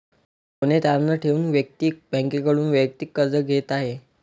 सोने तारण ठेवून व्यक्ती बँकेकडून वैयक्तिक कर्ज घेत आहे